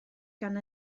gan